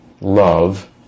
love